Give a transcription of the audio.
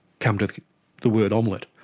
come to the word omelette.